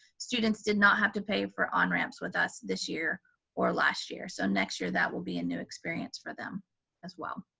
students did not have to pay for onramps with us this year or last year, so next year, that will be a new experience for them as well.